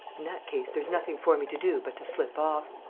in that case, there's nothing for me to do but to slip off.